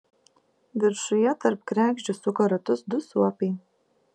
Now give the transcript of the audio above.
viršuje tarp kregždžių suka ratus du suopiai